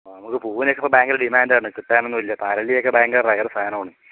ഓ നമുക്ക് പൂവിനൊക്കെയിപ്പോൾ ഭയങ്കര ഡിമാൻഡാണ് കിട്ടാനൊന്നും ഇപ്പോൾ ഇല്ല അരളിയൊക്കെ ഭയങ്കര റെയറ് സാധനമാണ്